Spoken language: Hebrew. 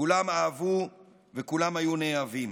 כולם אהבו וכולם היו נאהבים,